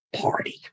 Party